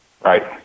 Right